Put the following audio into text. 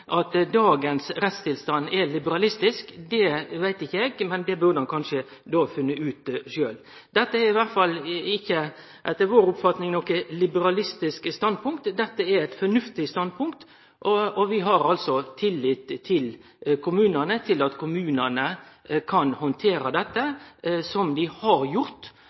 dagens rettstilstand er liberalistisk, veit ikkje eg, men det burde han kanskje finne ut sjølv. Dette er i alle fall etter vår oppfatning ikkje noko liberalistisk standpunkt. Dette er eit fornuftig standpunkt, og vi har tillit til at kommunane kan handtere dette, som dei har gjort,